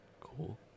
Cool